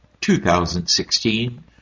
2016